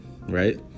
Right